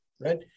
right